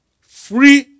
free